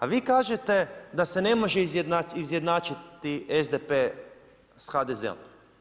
A vi kažete da se ne može izjednačiti SDP-e sa HDZ-om.